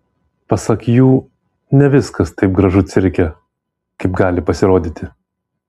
pasak jų ne viskas taip gražu cirke kaip gali pasirodyti